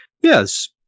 yes